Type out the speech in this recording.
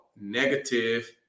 negative